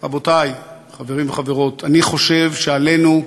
רבותי, חברים וחברות, אני חושב שעלינו,